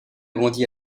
grandi